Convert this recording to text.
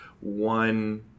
one